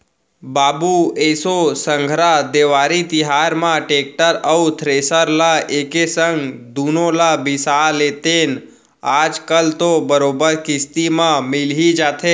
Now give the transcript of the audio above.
बाबू एसो संघरा देवारी तिहार म टेक्टर अउ थेरेसर ल एके संग दुनो ल बिसा लेतेन आज कल तो बरोबर किस्ती म मिल ही जाथे